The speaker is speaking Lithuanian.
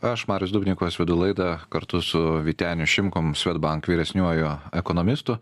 aš marius dubnikovas vedu laidą kartu su vyteniu šimkum swedbank vyresniuoju ekonomistu